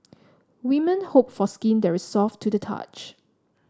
women hope for skin that is soft to the touch